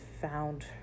found